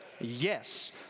yes